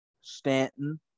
Stanton